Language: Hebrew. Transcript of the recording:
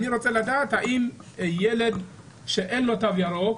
אני רוצה לדעת לגבי ילד שאין לו תו ירוק,